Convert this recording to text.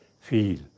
feel